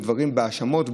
ובהאשמות,